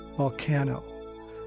volcano